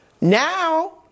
Now